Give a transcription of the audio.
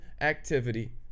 activity